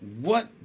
What